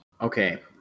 Okay